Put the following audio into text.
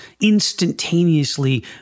instantaneously